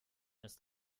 ist